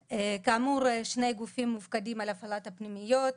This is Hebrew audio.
כאמור, שני גופים מופקדים על הפעלת הפנימיות.